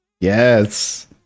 Yes